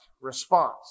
response